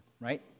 right